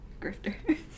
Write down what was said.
Grifter